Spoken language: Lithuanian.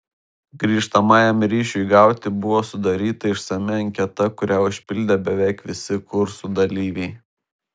grįžtamajam ryšiui gauti buvo sudaryta išsami anketa kurią užpildė beveik visi kursų dalyviai